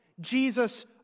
Jesus